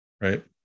right